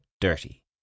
dirty